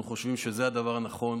אנחנו חושבים שזה הדבר הנכון.